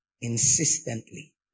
insistently